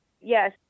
Yes